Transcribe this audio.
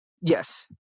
Yes